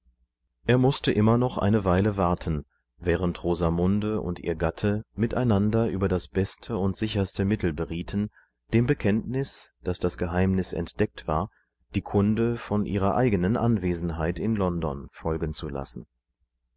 er mußte immer noch eine weile warten während rosamunde und ihr gatte miteinander über das beste und sicherste mittel berieten dem bekenntnis daß das geheimnisentdecktwar diekundevonihrereigenenanwesenheitinlondonfolgenzu lassen nacheinigerüberlegungforderteleonardseinegattinauf dasvondemanwaltan diesemmorgenaufgesetztedokumentzurhandzunehmenundaufdieleereseitedes papierseinigevonihmzudiktierendezeilenzuschreiben durchwelchemistreßjazeph ersucht ward die erklärungsformel zu lesen